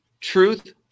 truth